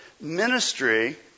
Ministry